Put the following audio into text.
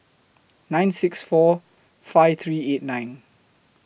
nine six seven four five three eight nine